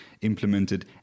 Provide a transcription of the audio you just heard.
implemented